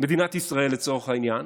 מדינת ישראל, לצורך העניין,